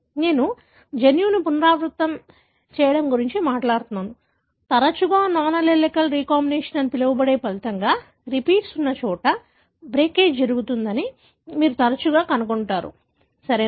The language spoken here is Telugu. కాబట్టి నేను జన్యువును పునరావృతం చేయడం గురించి మాట్లాడుతున్నాను కాబట్టి తరచుగా నాన్ అల్లెలిక్ రీకంబినేషన్ అని పిలవబడే ఫలితంగా రిపీట్స్ ఉన్న చోట బ్రేకేజ్ జరుగుతుందని మీరు తరచుగా కనుగొంటారు సరియైనదా